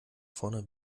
vorne